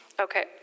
okay